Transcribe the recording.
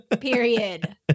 period